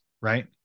Right